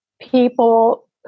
people